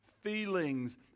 feelings